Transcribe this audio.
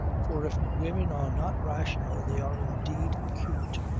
for if women are not rational they are indeed acute.